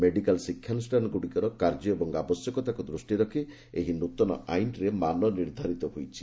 medical ଶିକ୍ଷାନୁଷାନଗୁଡ଼ିକର କାର୍ଯ୍ୟ ଓ ଆବଶ୍ୟକତାକୁ ଦୃଷ୍ଟିରେ ରଖି ଏହି ନ୍ନତନ ଆଇନରେ ମାନ ନିର୍ଦ୍ଧାରିତ ହୋଇଛି